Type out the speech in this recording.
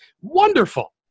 wonderful